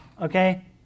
okay